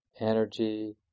energy